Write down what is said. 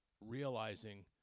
realizing